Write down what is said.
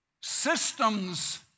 Systems